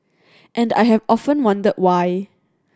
and I have often wondered why